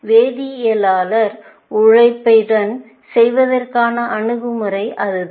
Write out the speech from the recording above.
வேதியியலாளா் உழைப்புடன் செய்வதற்கான அணுகுமுறை அதுதான்